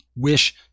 wish